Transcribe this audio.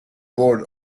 board